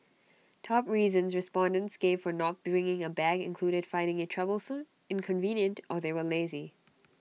top reasons respondents gave for not bringing A bag included finding IT troublesome inconvenient or they were lazy